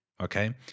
Okay